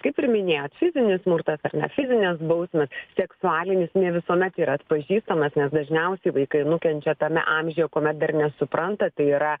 kaip ir minėjot fizinis smurtas ar ne fizinės bausmės seksualinis ne visuomet yra atpažįstamas nes dažniausiai vaikai nukenčia tame amžiuje kuomet dar nesupranta tai yra